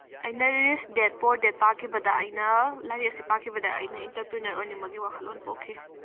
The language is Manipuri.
ꯑꯩꯅ ꯔꯤꯁ ꯗꯦꯗ ꯄꯣꯔ ꯗꯦꯗ ꯄꯥꯈꯤꯕꯗ ꯑꯩꯅ ꯂꯥꯏꯔꯤꯛ ꯑꯁꯤ ꯄꯥꯈꯤꯕꯗ ꯑꯩꯅ ꯏꯟꯇꯔꯄ꯭ꯔꯤꯅꯔ ꯑꯣꯏꯅꯤꯡꯕꯒꯤ ꯋꯥꯈꯜꯂꯣꯜ ꯄꯣꯛꯈꯤ